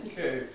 Okay